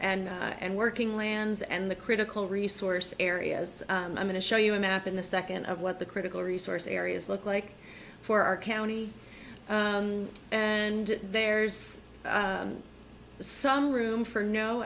and and working lands and the critical resource areas i'm going to show you a map in the second of what the critical resource areas look like for our county and there's some room for no